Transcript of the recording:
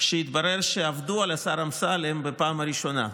שהתברר שעבדו על השר אמסלם בפעם הראשונה.